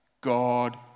God